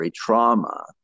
trauma